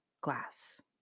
glass